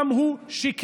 גם הוא שיקר,